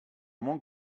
mon